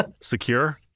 secure